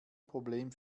problem